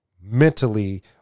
mentally